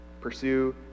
Pursue